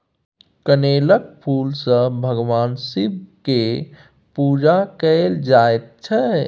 कनेलक फुल सँ भगबान शिब केर पुजा कएल जाइत छै